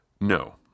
No